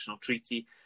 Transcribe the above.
treaty